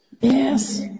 Yes